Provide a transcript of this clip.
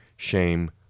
shame